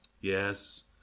Yes